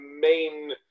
main